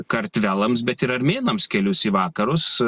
kartvelams bet ir armėnams kelius į vakarus